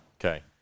Okay